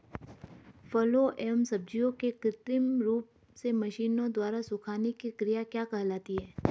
फलों एवं सब्जियों के कृत्रिम रूप से मशीनों द्वारा सुखाने की क्रिया क्या कहलाती है?